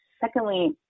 secondly